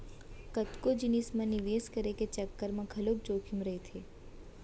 कतको जिनिस म निवेस करे के चक्कर म घलोक जोखिम रहिथे